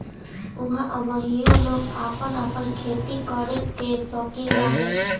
ऊहाँ अबहइयो लोग आपन आपन खेती करे कअ सौकीन बाने